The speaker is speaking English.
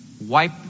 wipe